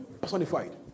personified